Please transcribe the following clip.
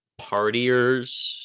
partiers